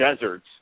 deserts